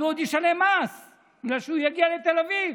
והוא עוד ישלם מס בגלל שהוא יגיע לתל אביב.